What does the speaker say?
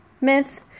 myth